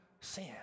sin